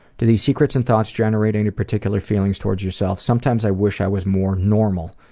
do these secrets and thoughts generate any particular feelings toward yourself? sometimes i wish i was more normal,